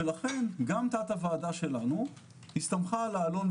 לכן גם תת-הוועדה שלנו הסתמכה על העלון,